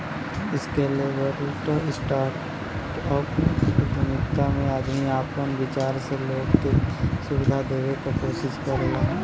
scalable startup उद्यमिता में आदमी आपन विचार से लोग के सुविधा देवे क कोशिश करला